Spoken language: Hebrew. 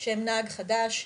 נהג חדש,